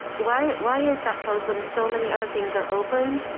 why why is that closed when so many other things are open?